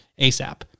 ASAP